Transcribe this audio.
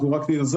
אנחנו רק נינזק.